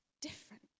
different